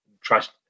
trust